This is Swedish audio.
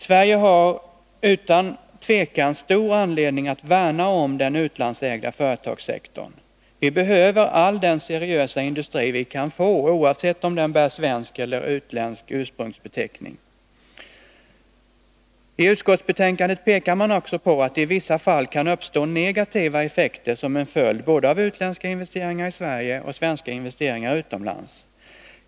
Sverige har utan tvivel stor anledning att värna om den utlandsägda företagssektorn. Vi behöver all den seriösa industri vi kan få, oavsett om den bär svensk eller utländsk ursprungsbeteckning. I utskottsbetänkandet pekar man också på att det i vissa fall kan uppstå negativa effekter som en följd både av utländska investeringar i Sverige och svenska investeringar utomlands.